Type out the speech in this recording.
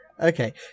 Okay